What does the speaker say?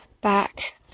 back